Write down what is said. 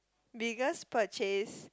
biggest purchase